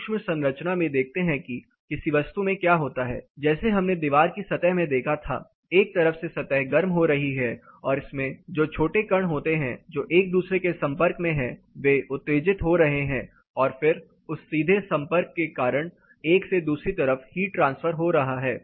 सूक्ष्म संरचना में देखते हैं कि किसी वस्तु में क्या होता है जैसे हमने दीवार की सतह में देखा था एक तरफ से सतह गर्म हो रही है और इसमें जो छोटे कण होते हैं जो एक दूसरे के संपर्क में हैं वे उत्तेजित हो रहे हैं और फिर उस सीधे संपर्क के कारण एक से दूसरी तरफ हीट ट्रांसफर हो रहा है